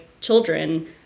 children